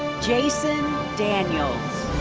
jason daniels.